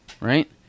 right